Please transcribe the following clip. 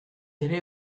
bere